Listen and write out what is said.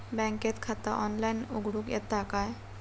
बँकेत खाता ऑनलाइन उघडूक येता काय?